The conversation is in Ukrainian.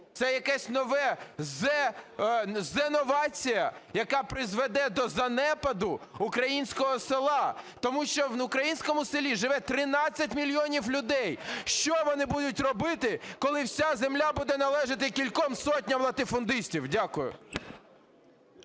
Це якась нова зеновація, яка призведе до занепаду українського села, тому що в українському селі живе 13 мільйонів людей. Що вони будуть робити, коли вся земля буде належати кільком сотням латифундистів? Дякую.